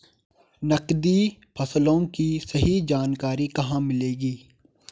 नकदी फसलों की सही जानकारी कहाँ मिलेगी?